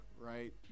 right